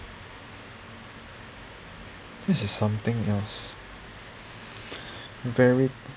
this is something else very